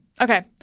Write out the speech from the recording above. Okay